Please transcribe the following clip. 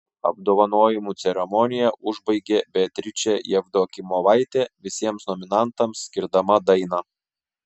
apdovanojimų ceremoniją užbaigė beatričė jevdokimovaitė visiems nominantams skirdama dainą